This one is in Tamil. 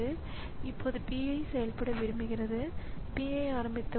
எனவே அந்த வழியில் டிஸ்க் கன்ட்ரோலர்களிடமிருந்து சில குறுக்கீடுகள் வரக்கூடும்